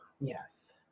Yes